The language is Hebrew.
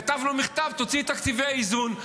כתב לו מכתב: תוציא את תקציבי האיזון.